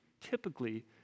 typically